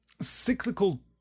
cyclical